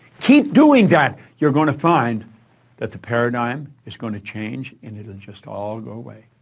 keep doing that you're going to find that the paradigm is going to change, and it'll just all go away.